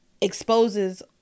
exposes